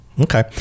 Okay